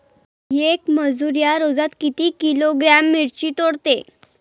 येक मजूर या रोजात किती किलोग्रॅम मिरची तोडते?